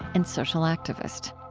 and social activist.